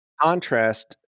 contrast